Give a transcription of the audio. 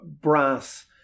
brass